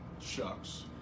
Shucks